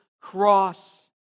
cross